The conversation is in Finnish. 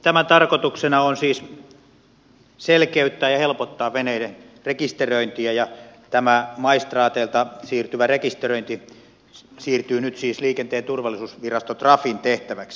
tämän tarkoituksena on siis selkeyttää ja helpottaa veneiden rekisteröintiä ja tämä maistraateilta siirtyvä rekisteröinti siirtyy nyt siis liikenteen turvallisuusvirasto trafin tehtäväksi